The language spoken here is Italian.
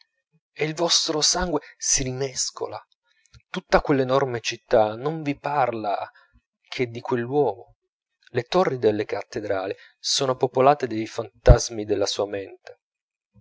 e il vostro sangue si rimescola tutta quell'enorme città non vi parla che di quell'uomo le torri della cattedrale sono popolate dei fantasmi della sua mente